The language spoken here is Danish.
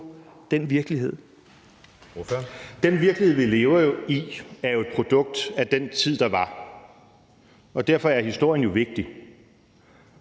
(DF): Den virkelighed, vi lever i, er jo et produkt af den tid, der var, og derfor er historien jo vigtig.